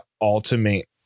ultimate